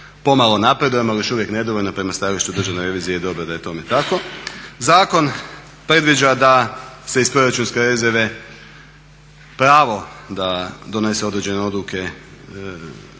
pomalo napredujemo ali još uvijek nedovoljno prema stajalištu državne revizije i dobro je da je tome tako. Zakon predviđa da se iz proračunske rezerve pravo da donese određene odluke